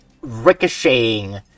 ricocheting